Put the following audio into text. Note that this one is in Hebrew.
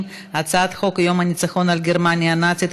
להעביר את הצעת חוק יום הניצחון על גרמניה הנאצית,